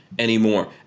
anymore